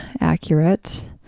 accurate